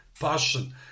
passion